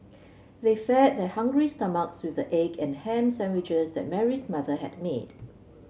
they fed their hungry stomachs with the egg and ham sandwiches that Mary's mother had made